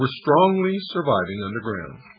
ah strongly surviving underground.